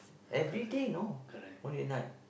everyday know morning and night